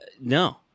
No